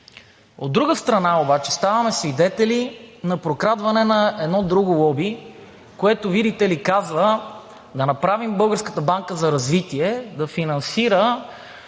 От друга страна обаче, ставаме свидетели на прокрадване на едно друго лоби, което, видите ли, казва да направим Българската банка за развитие да финансира